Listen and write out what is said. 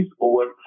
over